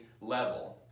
level